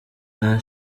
nta